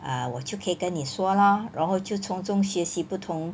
err 我去可以跟你说 lor 然后就从中学习不同